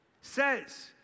says